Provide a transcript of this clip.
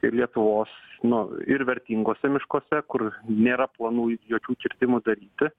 ir lietuvos nu ir vertinguose miškuose kur nėra planų jokių kirtimų daryti